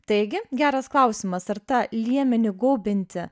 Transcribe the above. taigi geras klausimas ar ta liemenį gaubianti